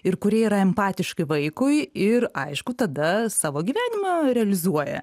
ir kurie yra empatiški vaikui ir aišku tada savo gyvenimą realizuoja